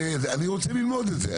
אני רוצה ללמוד את זה,